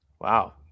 Wow